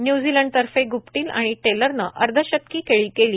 न्यूझीलंडतर्फे गपटील आणि टेलरनं अर्धशतकी खेळी केली